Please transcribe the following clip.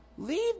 Leave